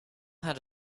had